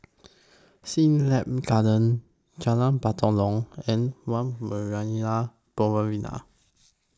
Siglap Gardens Jalan Batalong and one Marina